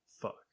Fuck